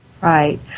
Right